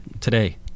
today